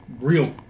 real